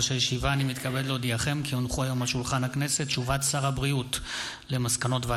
אבקש להודיעכם כי חבר הכנסת עידן רול יכהן כחבר קבוע